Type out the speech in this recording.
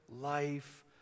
life